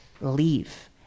leave